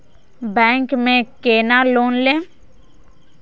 Bank में केना loan लेम?